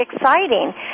exciting